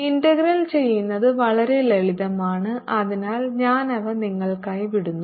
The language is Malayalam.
ഇന്റഗ്രൽ ചെയ്യുന്നത് വളരെ ലളിതമാണ് അതിനാൽ ഞാൻ അവ നിങ്ങൾക്കായി വിടുന്നു